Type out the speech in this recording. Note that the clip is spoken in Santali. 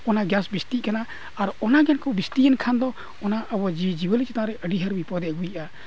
ᱚᱱᱟ ᱵᱤᱥᱛᱤᱜ ᱠᱟᱱᱟ ᱟᱨ ᱚᱱᱟ ᱜᱮᱠᱚ ᱵᱤᱥᱛᱤᱭᱮᱱ ᱠᱷᱟᱱ ᱫᱚ ᱚᱱᱟ ᱟᱵᱚ ᱡᱤᱣᱤᱼᱡᱤᱭᱟᱹᱞᱤ ᱪᱮᱛᱟᱱ ᱨᱮ ᱟᱹᱰᱤ ᱰᱷᱮᱨ ᱵᱤᱯᱚᱫᱮ ᱟᱹᱜᱩᱭᱮᱫᱼᱟ